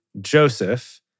Joseph